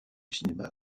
cinéma